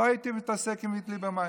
לא הייתי מתעסק עם ליברמן.